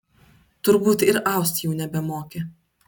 turbūt ir aust jau nebemoki